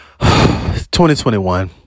2021